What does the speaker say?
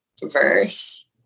verse